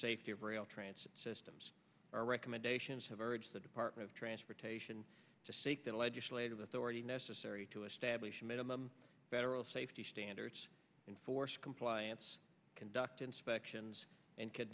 safety of rail transit systems our recommendations have urged the department of transportation to seek the legislative authority necessary to establish minimum better safety standards in force compliance conduct inspections and